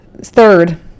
Third